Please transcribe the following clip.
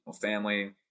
family